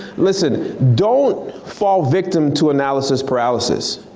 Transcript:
listen don't fall victim to analysis paralysis.